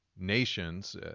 Nations